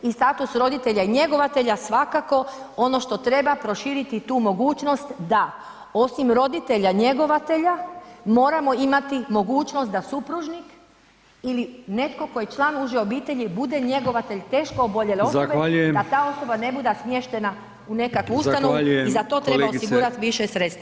I status roditelja i njegovatelja svakako ono što treba proširiti i tu mogućnost da osim roditelja njegovatelja moramo imati mogućnost da supružnik ili netko tko je član uže obitelji bude njegovatelj teško oboljele osobe, [[Upadica: Zahvaljujem.]] da ta osoba ne bude smještena u nekakvu ustanovu i za to treba osigurati više sredstava.